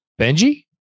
Benji